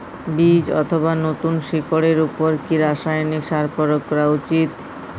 বীজ অথবা নতুন শিকড় এর উপর কি রাসায়ানিক সার প্রয়োগ করা উচিৎ?